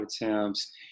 attempts